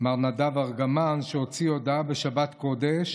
מר נדב ארגמן, שהוציא הודעה בשבת קודש.